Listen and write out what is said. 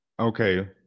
okay